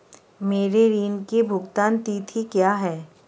मेरे ऋण की भुगतान तिथि क्या है?